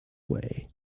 way